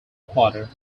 quarter